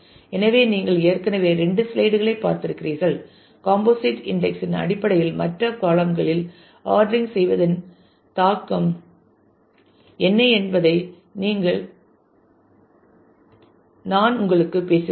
எனவே நீங்கள் ஏற்கனவே இரண்டு ஸ்லைடுகளைப் பார்த்திருக்கிறீர்கள் காம்போசிட் இன்டெக்ஸ் இன் அடிப்படையில் மற்ற காளம் களில் ஆர்டரிங் செய்வதில்ன் தாக்கம் என்ன என்பதை நான் உங்களுடன் பேசுகிறேன்